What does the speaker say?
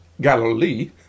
Galilee